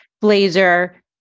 blazer